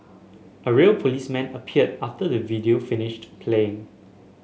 a real policeman appeared after the video finished playing